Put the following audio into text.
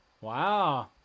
Wow